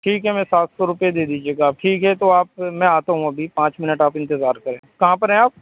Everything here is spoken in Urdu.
ٹھیک ہے میں سات سو روپئے دے دیجیے گا آپ ٹھیک ہے تو آپ میں آتا ہوں ابھی پانچ منٹ آپ انتظار کریں کہاں پر ہیں آپ